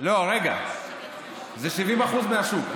זה לא משנה, לא, רגע, זה 70% מהשוק.